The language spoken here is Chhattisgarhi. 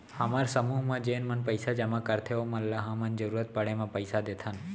हमर समूह म जेन मन पइसा जमा करथे ओमन ल हमन जरूरत पड़े म पइसा देथन